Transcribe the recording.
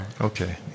Okay